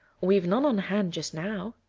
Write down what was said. we've none on hand just now.